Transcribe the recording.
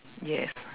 yes